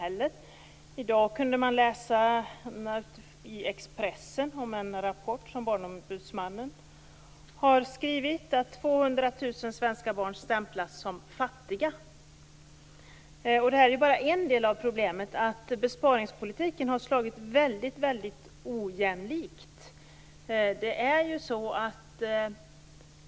I dag kunde vi läsa i Expressen om en rapport som Barnombudsmannen har skrivit. Enligt rapporten stämplas 200 000 svenska barn som fattiga. Detta är bara en del av problemet, att besparingspolitiken har slagit väldigt ojämlikt.